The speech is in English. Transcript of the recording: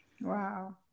wow